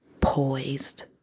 poised